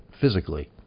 physically